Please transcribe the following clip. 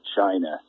China